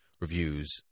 reviews